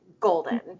Golden